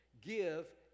give